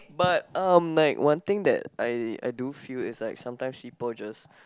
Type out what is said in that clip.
but um like one thing that I I do feel is like sometimes people just